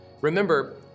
Remember